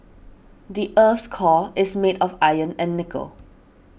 the earth's core is made of iron and nickel